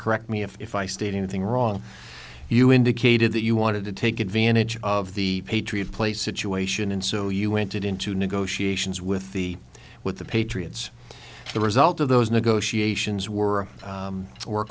correct me if i stayed anything wrong you indicated that you wanted to take advantage of the patriot place situation and so you went into negotiations with the with the patriots the result of those negotiations were